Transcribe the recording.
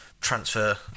transfer